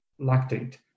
lactate